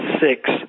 six